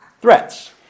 threats